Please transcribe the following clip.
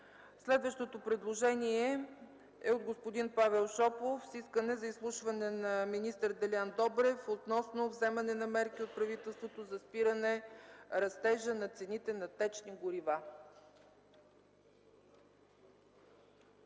Следващото предложение е от господин Павел Шопов с искане за изслушване на министър Делян Добрев относно вземане на мерки от правителството за спиране растежа на цените на течните горива.